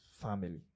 family